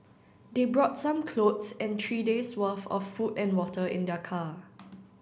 they brought some clothes and three days worth of food and water in their car